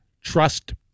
Trust